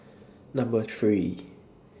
Number three